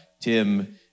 Tim